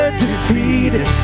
defeated